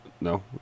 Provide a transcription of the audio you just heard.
No